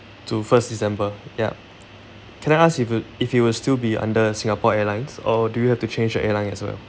to first december yup can I ask if it if it will still be under Singapore Airlines or do you have to change a airline as well